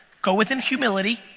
go within humility,